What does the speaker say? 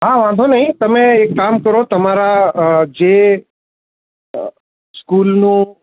હા વાંધો નહીં તમે એક કામ કરો તમારા જે સ્કૂલનો